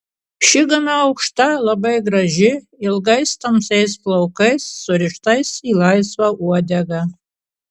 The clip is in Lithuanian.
ši gan aukšta ir labai graži ilgais tamsiais plaukais surištais į laisvą uodegą